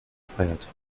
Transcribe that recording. feiertag